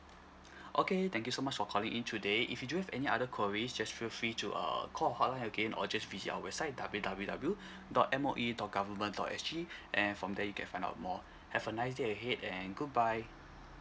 okay thank you so much for calling in today if you do have any other queries just feel free to err call our hotline again or just visit our website W W W dot M_O_E dot government dot S G and from there you can find out more have a nice day ahead and goodbye